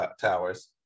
towers